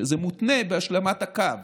שזה מותנה בהשלמת הקו.